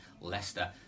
Leicester